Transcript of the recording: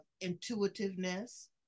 intuitiveness